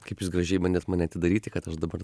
kaip jūs gražiai bandėt mane atidaryti kad aš dabar